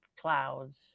clouds